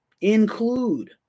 Include